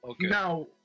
Now